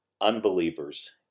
unbelievers